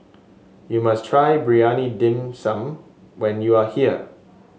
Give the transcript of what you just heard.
you must try Briyani Dum some when you are here